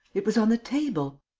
it was on the table!